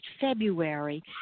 February